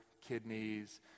kidneys